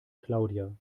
claudia